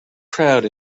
crowd